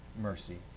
mercy